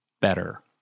better